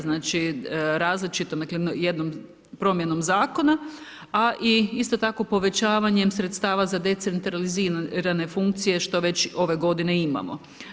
Znači, različitom, jednom promjenom zakona, a isto tako povećanjem sredstava za decentralizirane funkcije što već ove godine i imamo.